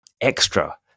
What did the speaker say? extra